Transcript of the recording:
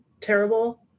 Terrible